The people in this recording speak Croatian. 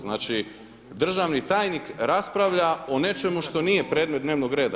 Znači državni tajnik raspravlja o nečemu što nije predmet dnevnog reda.